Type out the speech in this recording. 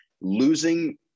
losing